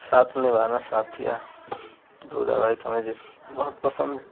साथ निभाना साथिया दो धारावाहिक हमें जैसे बहुत पसन्द हैं